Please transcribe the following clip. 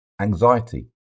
anxiety